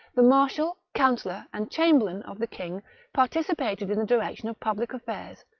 the marshal, councillor, and chamberlain of the king participated in the direction of public aflfairs,